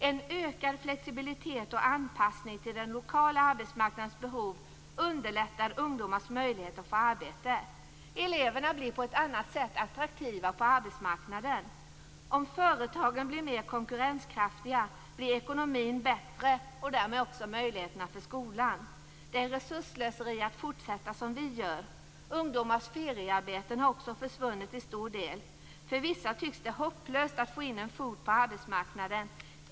En ökad flexibilitet och anpassning till den lokala arbetsmarknadens behov underlättar ungdomars möjligheter att få arbete. Eleverna blir på ett annat sätt attraktiva på arbetsmarknaden. Om företagen blir mer konkurrenskraftiga blir ekonomin bättre och därmed också möjligheterna för skolan. Det är resursslöseri att fortsätta som vi gör. Ungdomars feriearbeten har också försvunnit till stor del. För vissa tycks det hopplöst att få in en fot på arbetsmarknaden.